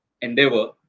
endeavor